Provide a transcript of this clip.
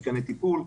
מתקני טיפול.